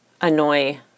annoy